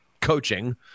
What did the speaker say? coaching